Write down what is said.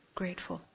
grateful